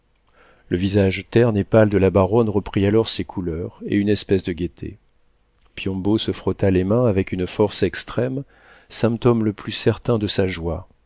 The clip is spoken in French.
le visage terne et pâle de la baronne reprit alors ses couleurs et une espèce de gaieté piombo se frotta les mains avec une force extrême symptôme le plus certain de sa joie